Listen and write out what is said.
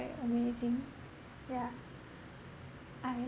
amazing yeah I